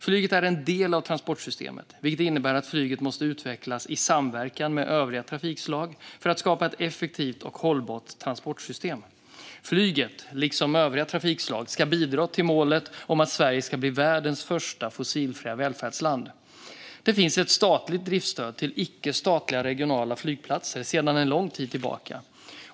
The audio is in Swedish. Flyget är en del av transportsystemet, vilket innebär att flyget måste utvecklas i samverkan med övriga trafikslag för att skapa ett effektivt och hållbart transportsystem. Flyget, liksom övriga trafikslag, ska bidra till målet om att Sverige ska bli världens första fossilfria välfärdsland. Det finns ett statligt driftsstöd till icke-statliga regionala flygplatser sedan lång tid tillbaka.